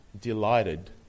delighted